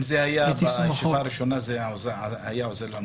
אם זה היה בישיבה הראשונה זה היה עוזר לנו יותר.